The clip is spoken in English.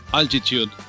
altitude